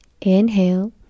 inhale